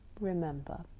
remember